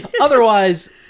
Otherwise